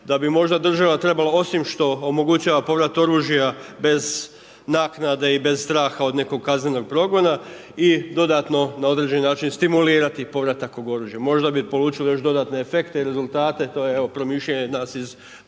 da bi možda država trebala osim što omogućava povrat oružja bez naknade i bez straha od nekog kaznenog progona i dodatno na određeni način stimulirati povratak tog oružja. Možda bi polučili još dodatne efekte i rezultate, to je evo promišljanje nas iz